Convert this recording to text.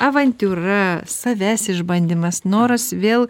avantiūra savęs išbandymas noras vėl